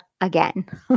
again